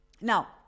now